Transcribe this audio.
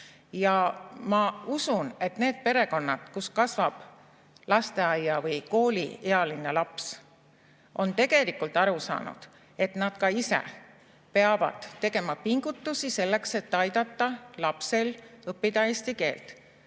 Ja ma usun, et need perekonnad, kus kasvab lasteaia‑ või kooliealine laps, on tegelikult aru saanud, et nad ka ise peavad tegema pingutusi selleks, et aidata lapsel õppida eesti keelt.